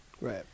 Right